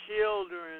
Children